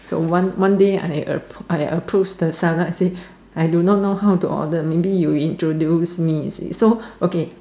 so one one day I uh I approves the seller I do not know how to order maybe you introduce me you see so okay